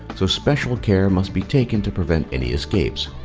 so special care must be taken to prevent any escapes.